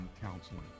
Counseling